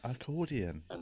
Accordion